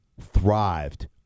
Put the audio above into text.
thrived